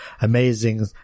amazing